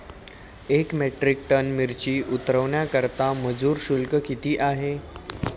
एक metric ton मिरची उतरवण्याकरता मजुर शुल्क किती आहे?